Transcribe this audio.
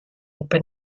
lupe